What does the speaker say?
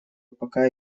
пока